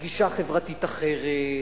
גישה חברתית אחרת,